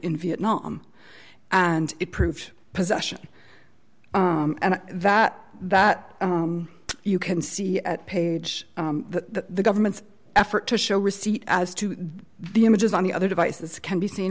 in vietnam and it proved possession and that that you can see at page that the government's effort to show receipt as to the images on the other devices can be seen